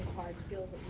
hard skills